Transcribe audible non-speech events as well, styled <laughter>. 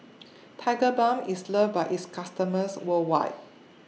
<noise> Tigerbalm IS loved By its customers worldwide